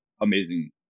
amazing